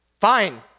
Fine